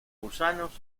gusanos